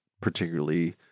particularly